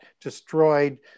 destroyed